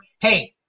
hey